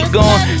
gone